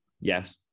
Yes